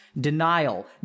denial